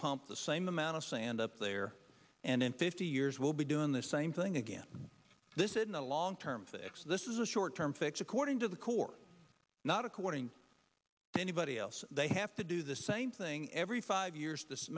pump the same amount of sand up there and in fifty years we'll be doing the same thing again this isn't a long term fix this is a short term fix according to the court not according to anybody else they have to do the same thing every five years this